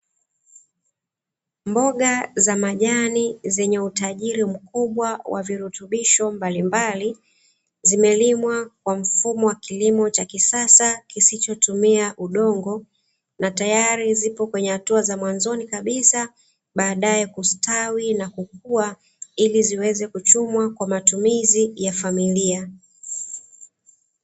Mboga za majani zenye utajiri mkubwa wa virutubisho mbalimbali, zimelimwa kwa mfumo wa kilimo cha kisasa kisichotumia udongo, na tayari zipo kwenye hatua za mwanzoni kabisa, baadaye kustawi na kukua ili ziweze kuchumwa kwa matumizi ya familia.